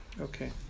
Okay